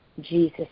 Jesus